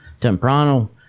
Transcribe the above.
temprano